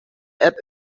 app